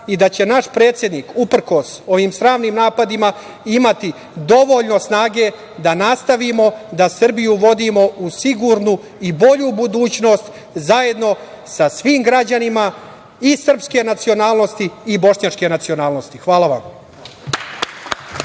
i da će naš predsednik, uprkos ovim sramnim napadima, imati dovoljno snage da nastavimo da Srbiju vodimo u sigurnu i bolju budućnost, zajedno sa svim građanima i srpske i bošnjačke nacionalnosti. Hvala.